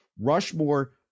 Rushmore